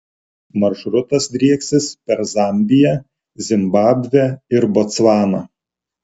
maršrutas drieksis per zambiją zimbabvę ir botsvaną